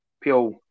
Pure